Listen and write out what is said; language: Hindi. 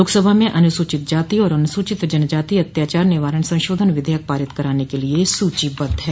लोकसभा में अनुसूचित जाति और अनुसूचित जनजाति अत्याचार निवारण संशोधन विधेयक पारित कराने के लिए सूचीबद्ध है